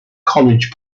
college